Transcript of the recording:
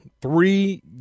Three